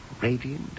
radiant